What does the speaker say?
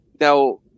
Now